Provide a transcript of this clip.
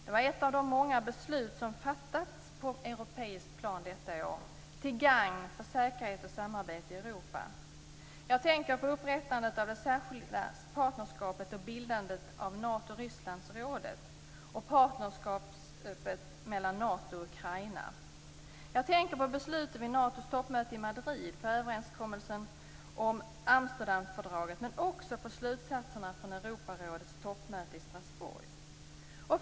Det var ett av de många beslut som fattats på europeiskt plan detta år till gagn för säkerhet och samarbete i Europa. Jag tänker på upprättandet av det särskilda partnerskapet och bildandet av Nato Ukraina. Jag tänker på besluten vid Natos toppmöte i Madrid, på överenskommelsen om Amsterdamfördraget men också på slutsatserna från Europarådets toppmöte i Strasbourg.